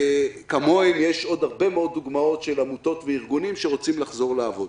כמוהם יש עוד הרבה מאוד דוגמאות של עמותות וארגונים שרוצים לחזור לעבוד.